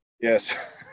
Yes